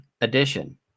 edition